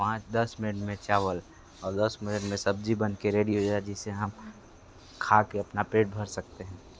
पाँच दस मिनट में चावल और दस मिनट में सब्जी बन कर रेडी हो जाती है जिसे हम खा कर अपना पेट भर सकते हैं